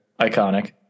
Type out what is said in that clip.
Iconic